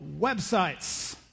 websites